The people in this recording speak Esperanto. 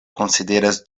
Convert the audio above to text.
konsideras